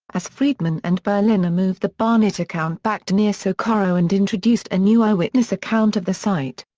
as friedman and berliner moved the barnett account back to near socorro and introduced a new eyewitness account of the site.